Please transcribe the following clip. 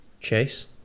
Chase